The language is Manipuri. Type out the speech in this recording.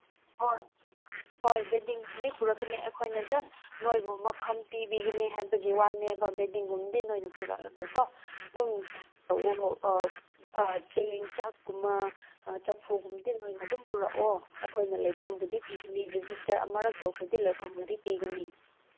ꯍꯣꯏ ꯍꯣꯏ ꯕꯦꯗꯤꯡ ꯄꯨꯗꯤ ꯄꯨꯔꯛꯀꯅꯤ ꯑꯩꯈꯣꯏꯅ ꯖꯁ ꯅꯣꯏꯕꯨ ꯃꯇꯝ ꯄꯤꯕꯤꯒꯅꯤ ꯍꯥꯏꯕꯒꯤ ꯋꯥꯅꯦꯕ ꯕꯦꯗꯤꯡꯒꯨꯝꯕꯗꯤ ꯅꯣꯏꯅ ꯄꯨꯔꯛꯑꯒꯀꯣ ꯑꯗꯨꯝ ꯇꯧꯋꯣ ꯆꯦꯡ ꯆꯥꯛꯀꯨꯝꯕ ꯆꯐꯨꯒꯨꯝꯕꯗꯤ ꯅꯣꯏꯅ ꯑꯗꯨꯝ ꯄꯨꯔꯛꯑꯣ ꯑꯩꯈꯣꯏꯅ ꯂꯩꯐꯝꯕꯨꯗꯤ ꯄꯤꯒꯅꯤ ꯔꯦꯖꯤꯁꯇꯔ ꯑꯃꯔꯛ ꯇꯧꯈ꯭ꯔꯗꯤ ꯂꯩꯐꯝꯕꯨꯗꯤ ꯄꯤꯒꯅꯤ